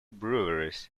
breweries